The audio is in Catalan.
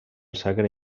sacre